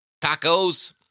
tacos